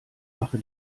mache